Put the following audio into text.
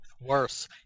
Worse